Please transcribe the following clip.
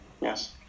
Yes